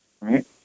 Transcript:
right